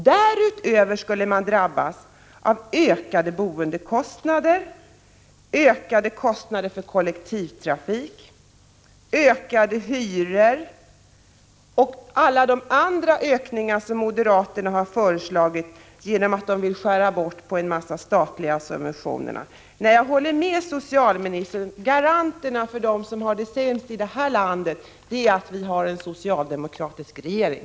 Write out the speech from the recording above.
Därutöver skulle de drabbas av ökade boendekostnader, ökade kostnader för kollektivtrafik, höjda hyror och alla de andra utgiftsökningar som moderaterna har föreslagit genom att de vill skära bort en massa statliga subventioner. Nej, jag håller med socialministern: Garantin för drägliga förhållanden för dem som har det sämst i det här landet är en socialdemokratisk regering!